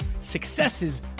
successes